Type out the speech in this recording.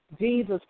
Jesus